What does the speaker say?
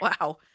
Wow